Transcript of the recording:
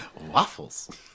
Waffles